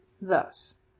Thus